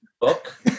book